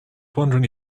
wondering